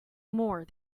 more